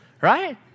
right